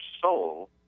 soul